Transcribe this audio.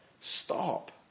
Stop